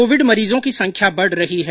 Covid मरीजों की संख्या बढ़ रही है